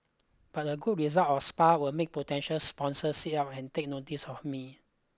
but a good result are Spa will make potential sponsors sit up and take notice of me